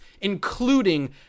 including